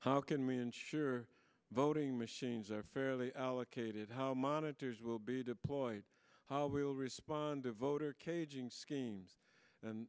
how can we ensure voting machines are fairly allocated how monitors will be deployed how we will respond to voter caging schemes and